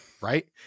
right